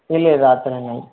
ಇಲ್ಲ ಇಲ್ಲ ಆ ಥರ ಏನಿಲ್ಲ